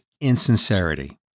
insincerity